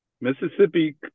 Mississippi